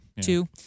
Two